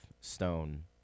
Stone